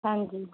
ਹਾਂਜੀ